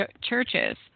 churches